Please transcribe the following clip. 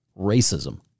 racism